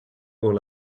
all